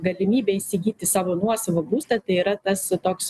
galimybė įsigyti savo nuosavą būstą tai yra tas toks